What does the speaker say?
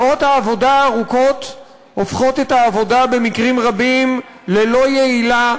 שעות העבודה הארוכות הופכות את העבודה במקרים רבים ללא יעילה,